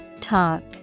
Talk